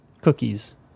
cookies